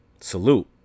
Salute